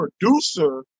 producer